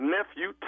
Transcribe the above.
Nephew